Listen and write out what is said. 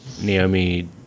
naomi